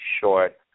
short